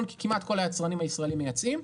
כי כמעט כל היצרנים הישראליים מייצאים,